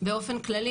באופן כללי,